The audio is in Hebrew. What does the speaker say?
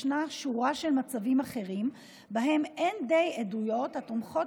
ישנה שורה של מצבים אחרים שבהם אין די עדויות התומכות